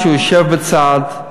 שיושב בצד,